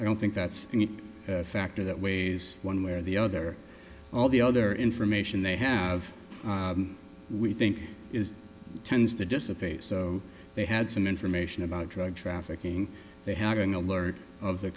i don't think that's a factor that weighs one way or the other all the other information they have we think is tends to dissipate so they had some information about drug trafficking they had an alert of the